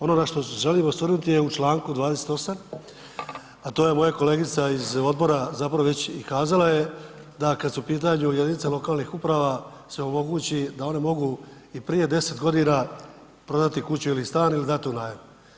Ono na što se želim osvrnuti je u čl. 28., a to je moja kolegice iz odbora zapravo već i kazala je da kad su u pitanju jedinice lokalnih uprava se omogući da one mogu i prije 10 godina prodati kuću ili stan ili dati u najam.